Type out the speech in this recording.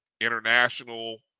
international